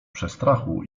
przestrachu